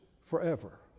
forever